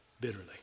bitterly